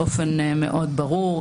באופן מאוד ברור.